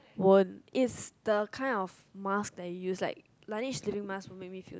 won't is the kind of mask that you use like Laneige sleeping mask make me feel that